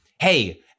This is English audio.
hey